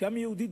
כעם יהודי,